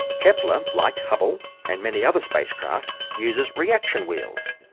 kepler, like hubble and many other spacecraft, uses reaction wheels,